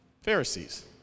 Pharisees